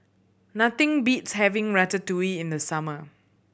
nothing beats having Ratatouille in the summer